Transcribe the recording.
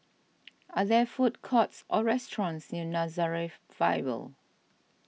are there food courts or restaurants near Nazareth Bible